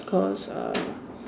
cause uh